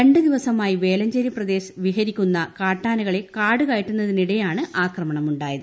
രണ്ടു ദിവസമായി വേലഞ്ചേരി പ്രദേശത്ത് വിഹരിക്കുന്നു കാട്ടാനകളെ കാട്കയറ്റുന്നതിനിടെയാണ് ആക്രമണമുണ്ടായത്